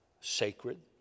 sacred